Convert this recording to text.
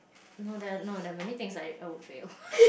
no there are no there are many things I I would fail